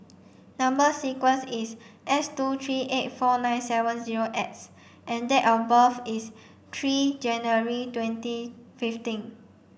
number sequence is S two three eight four nine seven zero X and date of birth is three January twenty fifteen